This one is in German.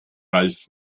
ralf